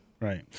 Right